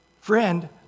friend